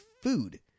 food